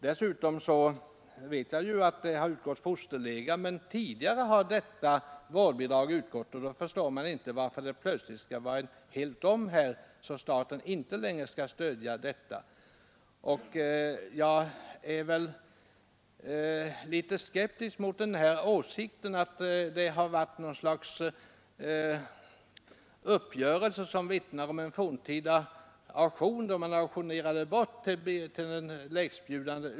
Jag vet naturligtvis att det utgår fosterlega, men tidigare har också ett vårdbidrag utgått. Jag förstår därför inte varför man nu plötsligt gör helt om och säger att staten inte längre skall stödja dessa barn. Jag är litet skeptisk mot resonemanget om något slags uppgörelse som liknar de forntida auktioner då man auktionerade bort barnen till de lägstbjudande.